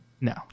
No